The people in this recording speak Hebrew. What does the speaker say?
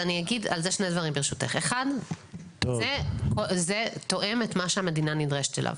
אני אגיד על זה שני דברים: 1. זה תואם את מה שהמדינה נדרשת אליו.